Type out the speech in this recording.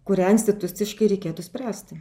kurią instituciškai reikėtų spręsti